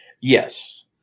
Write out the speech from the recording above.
Yes